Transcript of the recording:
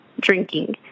drinking